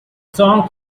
song